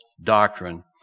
doctrine